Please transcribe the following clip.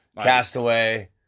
Castaway